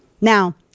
Now